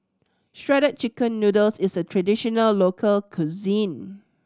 Shredded Chicken Noodles is a traditional local cuisine